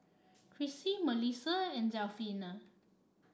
Krissy Mellisa and Delfina